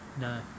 no